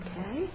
Okay